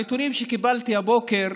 הנתונים שקיבלתי הבוקר